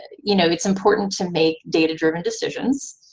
you know, it's important to make data-driven decisions.